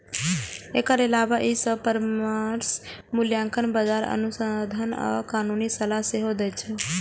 एकर अलावे ई सभ परामर्श, मूल्यांकन, बाजार अनुसंधान आ कानूनी सलाह सेहो दै छै